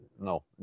no